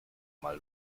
mal